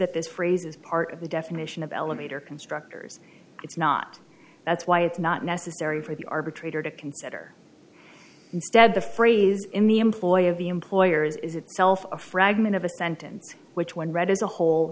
that this phrase is part of the definition of elevator constructors it's not that's why it's not necessary for the arbitrator to consider instead the phrase in the employ of the employer is itself a fragment of a sentence which when read as a whole